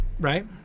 right